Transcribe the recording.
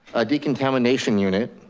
a decontamination unit,